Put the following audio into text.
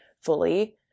fully